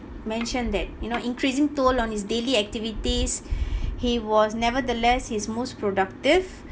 mentioned that you know increasing toll on his daily activities he was nevertheless his most productive